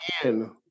Again